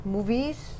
Movies